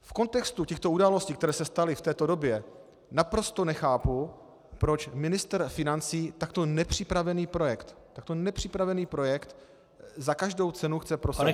V kontextu těchto událostí, které se staly v této době, naprosto nechápu, proč ministr financí takto nepřipravený projekt takto nepřipravený projekt za každou cenu chce prosadit.